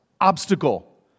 obstacle